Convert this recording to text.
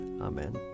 Amen